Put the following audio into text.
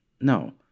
No